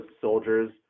soldiers